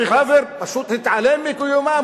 פשוט התעלם מקיומם.